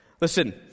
Listen